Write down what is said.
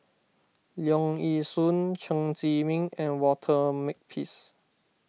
Leong Yee Soo Chen Zhiming and Walter Makepeace